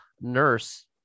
nurse